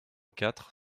quatre